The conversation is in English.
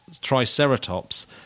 Triceratops